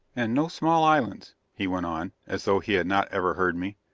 and no small islands, he went on, as though he had not ever heard me.